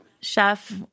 chef